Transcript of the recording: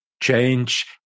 change